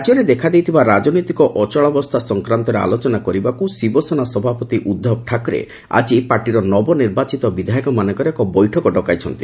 ରାଜ୍ୟରେ ଦେଖାଦେଇଥିବା ରାଜନୈତିକ ଅଚଳାବସ୍ଥା ସଂକ୍ରାନ୍ତରେ ଆଲୋଚନା କରିବାକୁ ଶିବସେନା ସଭାପତି ଉଦ୍ଧବ ଠାକ୍ରେ ଆଜି ପାର୍ଟିର ନବନିର୍ବାଚିତ ବିଧାୟକମାନଙ୍କର ଏକ ବୈଠକ ଡକାଇଛନ୍ତି